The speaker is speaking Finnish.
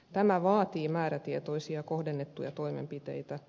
tämä vaatii määrätietoisia kohdennettuja toimenpiteitä